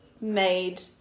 made